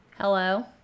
hello